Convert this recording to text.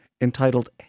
entitled